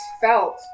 felt